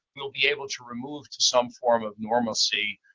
we'll be able to remove to some form of normalcy.